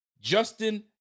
Justin